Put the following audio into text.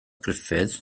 gruffudd